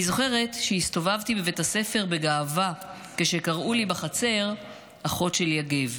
אני זוכרת שהסתובבתי בבית ספר בגאווה כשקראו לי בחצר אחות של יגב.